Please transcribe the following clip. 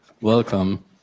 Welcome